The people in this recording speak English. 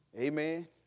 Amen